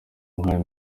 nk’ayo